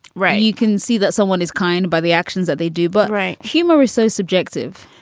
right. you can see that someone is kind by the actions that they do, but. right. humor is so subjective.